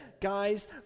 Guys